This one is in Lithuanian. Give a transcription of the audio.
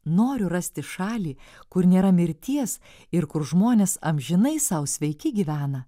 noriu rasti šalį kur nėra mirties ir kur žmonės amžinai sau sveiki gyvena